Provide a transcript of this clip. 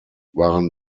waren